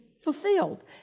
fulfilled